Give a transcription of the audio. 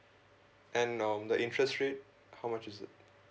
and um the interest rate how much is it